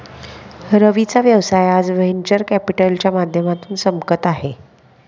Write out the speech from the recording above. रवीचा व्यवसाय आज व्हेंचर कॅपिटलच्या माध्यमातून चमकत आहे